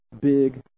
big